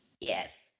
yes